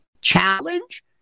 challenge